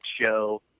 show